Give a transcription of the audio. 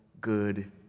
good